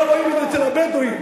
לא ראינו אצל הבדואים,